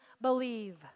believe